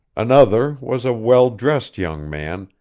another was a well-dressed young man,